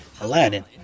Aladdin